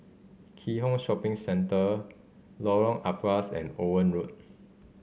Keat Hong Shopping Centre Lorong Ampas and Owen Road